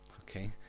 Okay